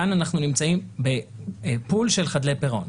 כאן אנחנו נמצאים בפול של חדלי פירעון.